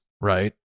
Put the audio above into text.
right